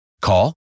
Call